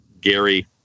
Gary